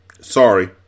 Sorry